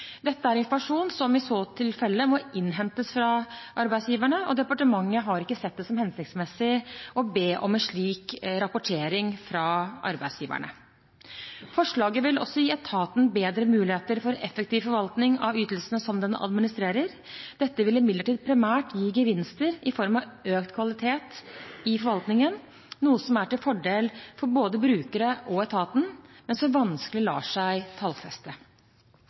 Dette er informasjon som i så tilfelle må innhentes fra arbeidsgiverne, og departementet har ikke sett det som hensiktsmessig å be om en slik rapportering fra arbeidsgiverne. Forslaget vil også gi etaten bedre muligheter for effektiv forvaltning av ytelsene som den administrerer. Dette vil imidlertid primært gi gevinster i form av økt kvalitet i forvaltningen, noe som er til fordel for både brukere og etaten, men som vanskelig lar seg tallfeste.